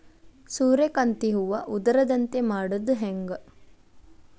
ಸೂರ್ಯಕಾಂತಿ ಹೂವ ಉದರದಂತೆ ಮಾಡುದ ಹೆಂಗ್?